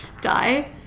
die